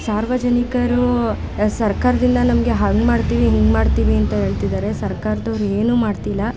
ಸಾರ್ವಜನಿಕರು ಸರ್ಕಾರದಿಂದ ನಮಗೆ ಹಂಗೆ ಮಾಡ್ತೀವಿ ಹಿಂಗೆ ಮಾಡ್ತೀವಿ ಅಂತ ಹೇಳ್ತಿದ್ದಾರೆ ಸರ್ಕಾರದವ್ರೇನು ಮಾಡ್ತಿಲ್ಲ